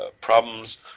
problems